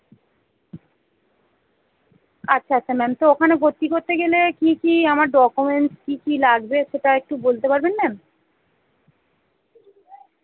আচ্ছা আচ্ছা ম্যাম তো ওখানে ভর্তি করতে গেলে কী কী আমার ডকুমেন্টস কী কী লাগবে সেটা একটু বলতে পারবেন ম্যাম